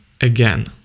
again